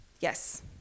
yes